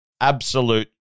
absolute